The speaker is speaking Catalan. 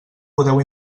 podeu